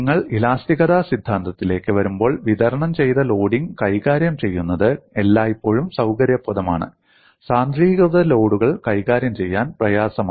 നിങ്ങൾ ഇലാസ്തികത സിദ്ധാന്തത്തിലേക്ക് വരുമ്പോൾ വിതരണം ചെയ്ത ലോഡിംഗ് കൈകാര്യം ചെയ്യുന്നത് എല്ലായ്പ്പോഴും സൌകര്യപ്രദമാണ് സാന്ദ്രീകൃത ലോഡുകൾ കൈകാര്യം ചെയ്യാൻ പ്രയാസമാണ്